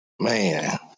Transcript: Man